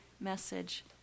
message